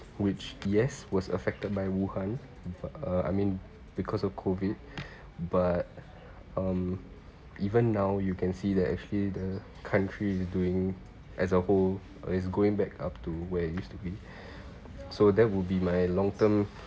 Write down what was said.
which yes was affected by wuhan uh I mean because of COVID but um even now you can see that actually the country doing as a whole is going back up to where it used to be so that would be my long term